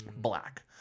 Black